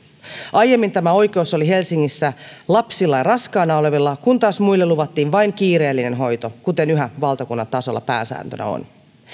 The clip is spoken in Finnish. aiemmin tämä oikeus oli helsingissä lapsilla ja raskaana olevilla kun taas muille luvattiin vain kiireellinen hoito kuten yhä valtakunnan tasolla pääsääntönä on